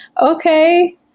okay